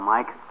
Mike